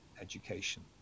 education